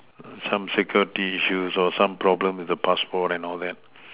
some security issues or some problem with the passport and all that